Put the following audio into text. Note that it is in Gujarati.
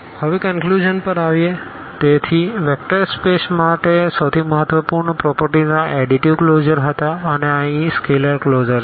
અને હવે નિષ્કર્ષ પર આવીએ તેથી વેક્ટર સ્પેસ માટે સૌથી મહત્વપૂર્ણ પ્રોપરટીઝ આ એડીટીવ ક્લોઝર હતા અને આ અહીં સ્કેલેર ક્લોઝર છે